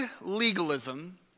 legalism